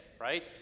Right